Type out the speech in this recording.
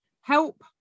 Help